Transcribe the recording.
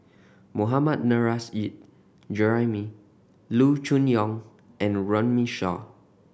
Mohammad Nurrasyid Juraimi Loo Choon Yong and Runme Shaw